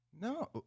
no